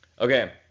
Okay